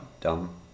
Dumb